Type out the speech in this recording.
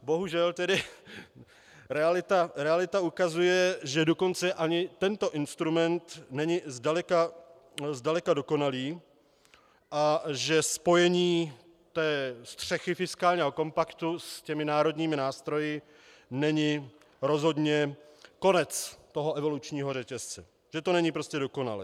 Bohužel tedy realita ukazuje, že dokonce ani tento instrument není zdaleka dokonalý a že spojením střechy fiskálního kompaktu s národními nástroji není rozhodně konec evolučního řetězce, že to není prostě dokonalé.